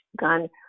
gun